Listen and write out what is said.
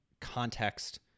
context